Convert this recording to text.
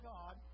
God